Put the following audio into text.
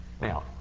Now